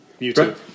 YouTube